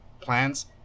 plans